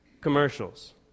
Commercials